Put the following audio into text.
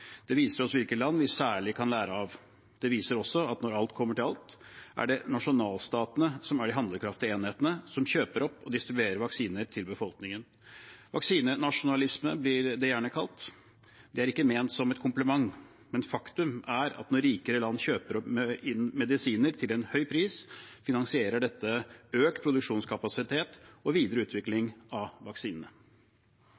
Det viser oss hvilke land vi særlig kan lære av. Det viser også at når alt kommer til alt, er det nasjonalstatene som er de handlekraftige enhetene, som kjøper opp og distribuerer vaksiner til befolkningen. Vaksinenasjonalisme blir det gjerne kalt. Det er ikke ment som en kompliment, men faktum er at når rikere land kjøper inn medisiner til en høy pris, finansierer dette økt produksjonskapasitet og videre